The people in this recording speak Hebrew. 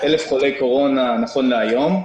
טופלו 900 חולי קורונה נכון להיום.